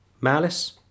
Malice